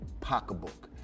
pocketbook